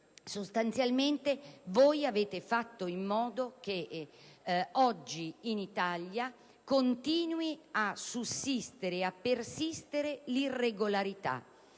Sostanzialmente voi avete fatto in modo che oggi in Italia continui a sussistere e a persistere l'irregolarità.